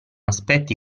aspetti